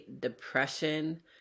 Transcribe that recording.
depression